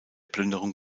plünderung